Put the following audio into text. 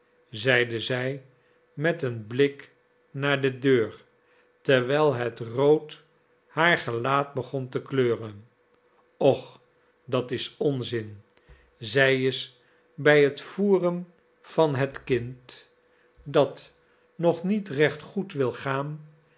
zeide zij met een blik naar de deur terwijl het rood haar gelaat begon te kleuren och dat is onzin zij is bij het voeren van het kind dat nog niet recht goed wil gaan